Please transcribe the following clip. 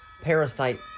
parasite